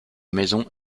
maison